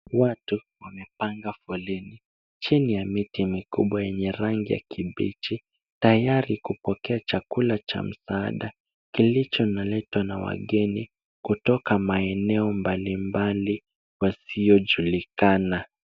Watu wamepanga foleni chini ya miti mikubwa yenye rangi ya kibichi, tayari kupokea chakula cha msaada kilichotolewa na wageni kutoka maeneo mbalimbali wasiojulikana.